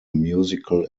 musical